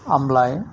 आमलाय